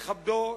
לכבדו,